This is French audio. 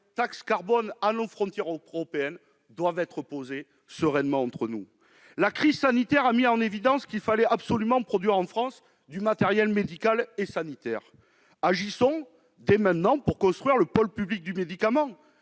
taxe carbone aux frontières européennes -doivent être discutés sereinement entre nous. La crise sanitaire a mis en évidence la nécessité absolue de produire en France du matériel médical et sanitaire. Alors, agissons dès à présent pour construire le pôle public du médicament